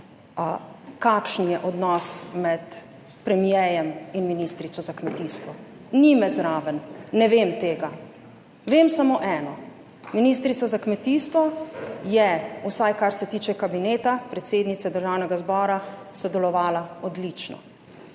kakšen je odnos med premierjem in ministrico za kmetijstvo. Ni me zraven, ne vem tega. Vem samo eno, ministrica za kmetijstvo je, vsaj kar se tiče kabineta predsednice Državnega zbora sodelovala odlično.